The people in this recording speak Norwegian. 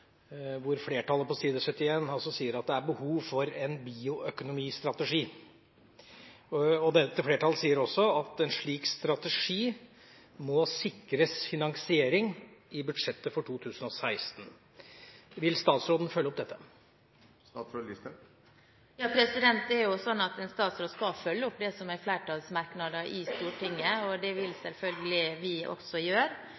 hvor komitéflertallet på side 71 sier at det er behov for en bioøkonomistrategi. Dette flertallet sier også at en slik strategi må sikres finansiering i budsjettet for 2016. Vil statsråden følge opp dette? Det er jo sånn at en statsråd skal følge opp det som er flertallets merknader i Stortinget, og det vil selvfølgelig vi også gjøre.